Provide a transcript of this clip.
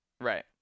right